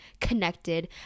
connected